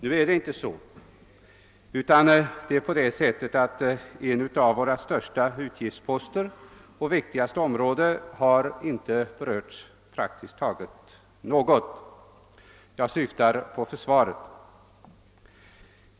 Nu är det emellertid inte så, ty en av våra största utgiftsposter och en av våra viktigaste angelägenheter har praktiskt taget inte alls berörts. Jag syftar på försvaret.